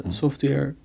software